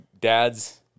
dad's